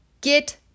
get